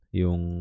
yung